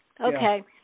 okay